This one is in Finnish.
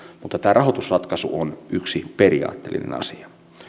mutta tämä rahoitusratkaisu on yksi periaatteellinen asia